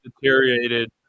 deteriorated